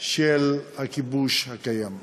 של הכיבוש הקיים.